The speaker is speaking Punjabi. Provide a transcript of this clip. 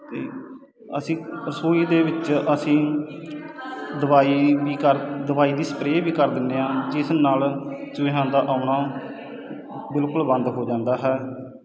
ਅਤੇ ਅਸੀਂ ਰਸੋਈ ਦੇ ਵਿੱਚ ਅਸੀਂ ਦਵਾਈ ਵੀ ਕਰ ਦਵਾਈ ਦੀ ਸਪਰੇ ਵੀ ਕਰ ਦਿੰਦੇ ਹਾਂ ਜਿਸ ਨਾਲ ਚੂਹਿਆਂ ਦਾ ਆਉਣਾ ਬਿਲਕੁਲ ਬੰਦ ਹੋ ਜਾਂਦਾ ਹੈ